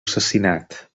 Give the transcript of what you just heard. assassinat